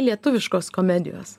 lietuviškos komedijos